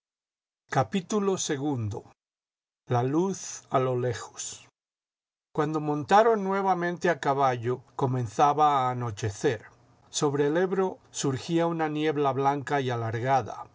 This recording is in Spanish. repuso ii la luz a lo lejos cuando montaron nuevamente a caballo comenzaba a anochecer sobre el ebro surgía una niebla blanca y alargada